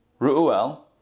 Ru'el